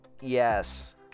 Yes